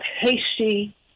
hasty